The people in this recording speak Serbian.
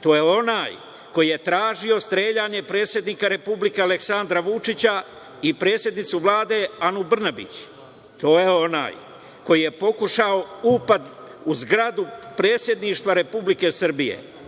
to je onaj koji tražio streljanje predsednika Republike, Aleksandra Vučića, i predsednicu Vlade Anu Brnabić, to je onaj koji je pokušao upad u zgradu Predsedništva Republike Srbije,